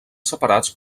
separats